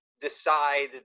decide